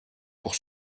pour